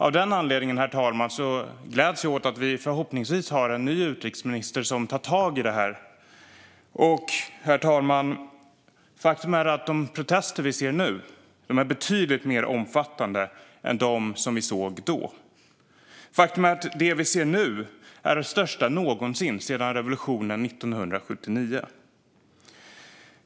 Av den anledningen, herr talman, gläds jag åt att vi har en ny utrikesminister som förhoppningsvis tar tag i det här. Och, herr talman, faktum är att de protester som vi ser nu är betydligt mer omfattande än de som vi såg då. Faktum är att de protester vi ser nu är de största någonsin sedan revolutionen 1979.